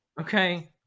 okay